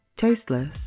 tasteless